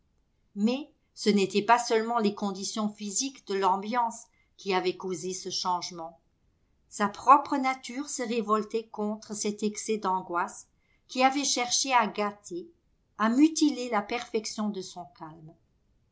mais ce n'était pas seulement les conditions physiques de l'ambiance qui avaient causé ce changement sa propre nature se révoltait contre cet excès d'angoisse qui avait cherché à gâter à mutiler la perfection de son calme